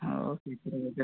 ହଁ ଚିକେନ୍ ତରକାରୀ